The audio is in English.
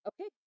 Okay